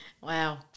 Wow